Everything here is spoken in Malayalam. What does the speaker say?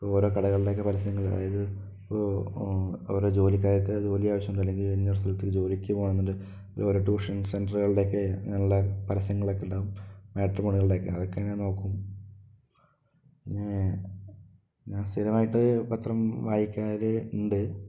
ഇപ്പോൾ ഓരോ കടകളുടെ ഒക്കെ പരസ്യങ്ങൾ അതായത് ഇപ്പോൾ ഓരോ ജോലിക്കാർക്ക് ജോലി ആവശ്യമുണ്ട് അല്ലെങ്കിൽ ഇന്നൊരു സ്ഥലത്തു ജോലിക്ക് പോകണമെന്നുണ്ട് ഓരോ ട്യൂഷൻ സെൻ്ററുകളുടെയൊക്കെ ഉള്ള പരസ്യങ്ങളൊക്കെ ഉണ്ടാവകും മാട്രിമോണികളുടെയൊക്കെ അതൊക്കെ ഞാൻ നോക്കും പിന്നെ ഞാൻ സ്ഥിരമായിട്ട് പത്രം വായിക്കാറുണ്ട്